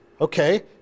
Okay